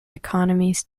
economies